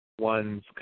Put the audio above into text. one's